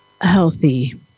healthy